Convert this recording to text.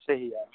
صیحح آ